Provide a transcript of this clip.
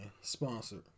sponsored